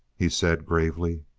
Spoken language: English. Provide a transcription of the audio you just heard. he said gravely.